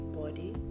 body